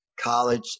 college